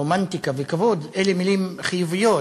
רומנטיקה וכבוד אלה מילים חיוביות,